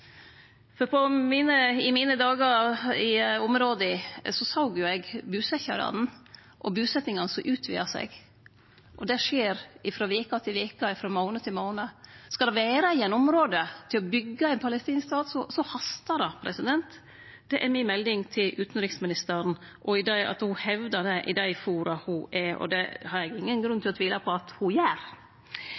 I mine dagar i området såg eg busetjarane og busetnadene som utvida seg, og det skjer frå veke til veke og frå månad til månad. Skal det vere igjen område til å byggje ein palestinsk stat, hastar det. Det er mi melding til utanriksministeren: at ho hevdar det i dei foruma ho er i – og det har eg ingen grunn til å tvile på at ho gjer.